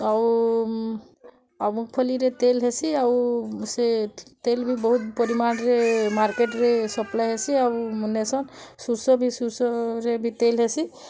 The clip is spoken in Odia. ଆଉ ଉଁ ଆଉ ମୁଗ୍ଫଲିରେ ତେଲ୍ ହେସି ଆଉ ସେ ତେଲ୍ ବି ବହୁତ ପରିମାଣରେ ମାର୍କେଟ୍ରେ ସପ୍ଲାଏ ହେସି ଆଉ ମୁଁ ନେସନ୍ ଶୋଷ ବିଶୋଷରେ ବି ବିତେଇଲେସି